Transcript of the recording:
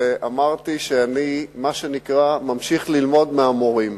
אמרתי שאני, מה שנקרא, ממשיך ללמוד מהמורים.